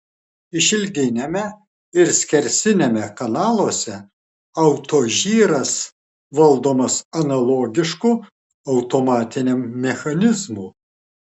išilginiame ir skersiniame kanaluose autožyras valdomas analogišku automatiniam mechanizmu